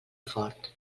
fort